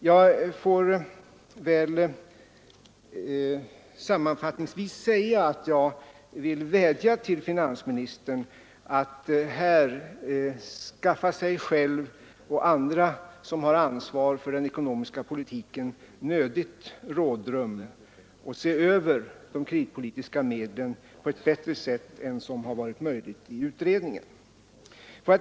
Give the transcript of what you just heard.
Jag vill sammanfattningsvis vädja till finansministern att skaffa sig och andra, som har ansvar för den ekonomiska politiken, nödigt rådrum att se över de kreditpolitiska medlen på ett bättre sätt än som varit möjligt i utredningen.